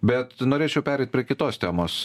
bet norėčiau pereit prie kitos temos